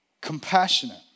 compassionate